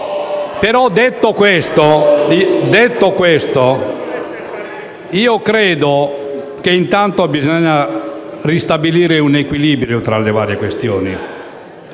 Detto questo, però, io credo che intanto si debba ristabilire un equilibrio tra le varie questioni.